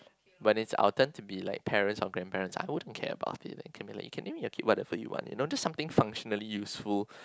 when is our turn to be like parents or grandparents I want to care about it okay you can name your kids whatever you want just something functionally useful